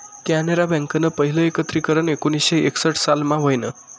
कॅनरा बँकनं पहिलं एकत्रीकरन एकोणीसशे एकसठ सालमा व्हयनं